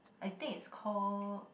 I think it's called